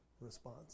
response